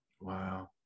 wow